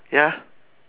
ya